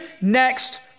next